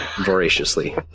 voraciously